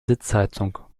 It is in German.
sitzheizung